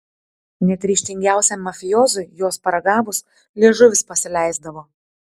net ryžtingiausiam mafiozui jos paragavus liežuvis pasileisdavo